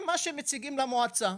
והנהלה.